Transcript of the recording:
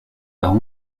par